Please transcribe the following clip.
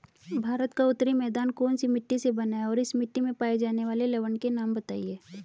भारत का उत्तरी मैदान कौनसी मिट्टी से बना है और इस मिट्टी में पाए जाने वाले लवण के नाम बताइए?